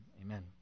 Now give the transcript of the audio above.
Amen